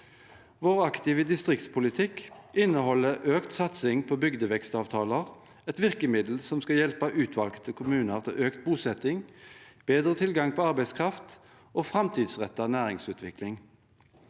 Vår aktive distriktspolitikk inneholder økt satsing på bygdevekstavtaler, et virkemiddel som skal hjelpe utvalgte kommuner til økt bosetting, bedre tilgang på arbeidskraft og framtidsrettet næringsutvikling.